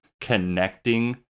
connecting